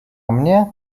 mnie